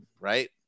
right